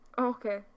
Okay